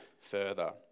further